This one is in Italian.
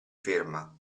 ferma